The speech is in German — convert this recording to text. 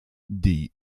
die